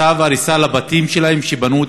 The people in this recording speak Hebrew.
צו הריסה של בתים שהם שבנו.